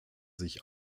sich